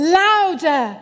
louder